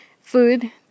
food